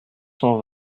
cent